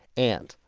and,